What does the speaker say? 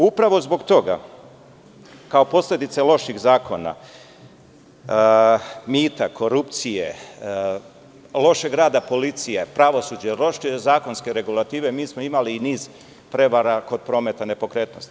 Upravo zbog toga, kao posledica loših zakona, mita, korupcije, lošeg rada policije, pravosuđa, loše zakonske regulative, mi smo imali niz prevara kod prometa nepokretnosti.